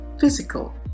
physical